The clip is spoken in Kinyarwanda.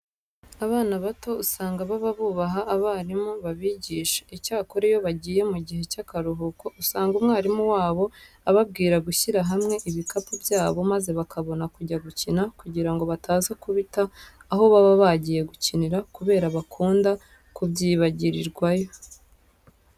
Abana bato usanga baba bubaha abarimu babigisha. Icyakora iyo bagiye mu gihe cy'akaruhuko usanga umwarimu wabo ababwira gushyira hamwe ibikapu byabo maze bakabona kujya gukina kugira ngo bataza kubita aho baba bagiye gukinira kubera bakunda kubyibagirirwayo.